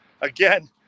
again